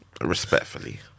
Respectfully